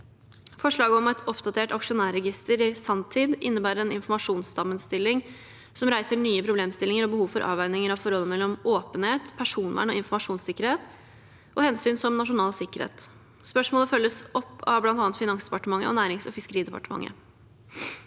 Forslaget om et oppdatert aksjonærregister i sanntid innebærer en informasjonssammenstilling som reiser nye problemstillinger og behov for avveininger av forholdet mellom åpenhet, personvern og informasjonssikkerhet og hensyn som nasjonal sikkerhet. Spørsmålet følges opp av bl.a. Finansdepartementet og Nærings- og fiskeridepartementet.